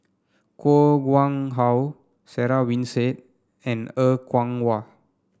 Koh Nguang How Sarah Winstedt and Er Kwong Wah